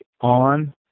on